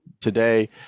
today